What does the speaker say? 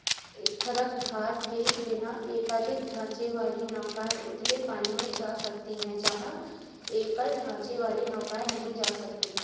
स्थिरक भार के बिना एकाधिक ढाँचे वाली नौकाएँ उथले पानी में जा सकती हैं जहाँ एकल ढाँचे वाली नौकाएँ नहीं जा सकतीं